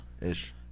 Ish